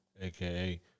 aka